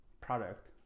product